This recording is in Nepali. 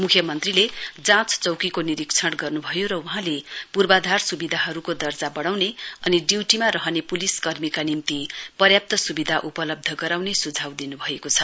मुख्यमन्त्रीले जाँच चौकीको निरीक्षण गर्नु भयो र वहाँले पूर्वाधार सुविधाहरूको दर्जा बडाउने अनि ड्युटीमा रहने पुलिस कर्मीहरूका निम्ति पर्याप्त सुविधा उपलब्ध गराउने सुझाउ दिनु भएको छ